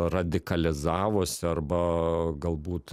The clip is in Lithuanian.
radikalizavosi arba galbūt